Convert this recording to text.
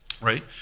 right